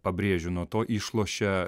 pabrėžiu nuo to išlošia